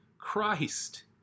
Christ